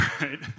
right